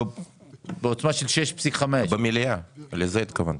בעוצמה של 6.5. במליאה, לזה התכוונתי.